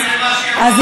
פספסת מה שהיא אמרה.